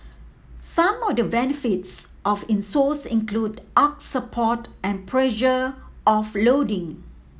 some of the benefits of insoles include arch support and pressure offloading